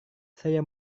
saya